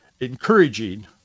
encouraging